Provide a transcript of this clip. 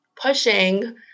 pushing